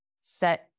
set